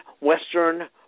Western